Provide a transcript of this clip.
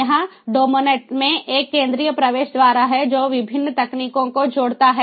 यहां डोमोनेट में एक केंद्रीय प्रवेश द्वार है जो विभिन्न तकनीकों को जोड़ता है